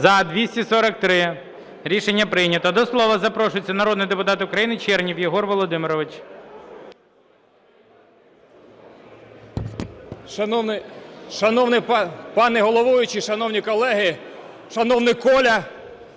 За-243 Рішення прийнято. До слова запрошується народний депутат України Чернєв Єгор Володимирович.